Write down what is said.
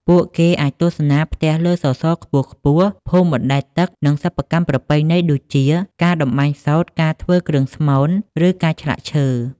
ពួកគេអាចទស្សនាផ្ទះលើសសរខ្ពស់ៗ ភូមិបណ្តែតទឹក និងសិប្បកម្មប្រពៃណីដូចជា ការតម្បាញសូត្រ ការធ្វើគ្រឿងស្មូន ឬការឆ្លាក់ឈើ។